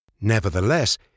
Nevertheless